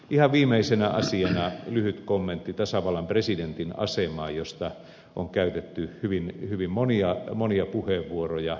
ihan viimeisenä asiana lyhyt kommentti tasavallan presidentin asemaan josta on käytetty hyvin monia puheenvuoroja